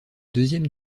deuxième